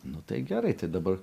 nu tai gerai tai dabar